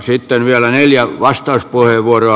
sitten vielä neljä vastauspuheenvuoroa